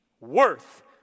worth